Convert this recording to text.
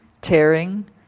tearing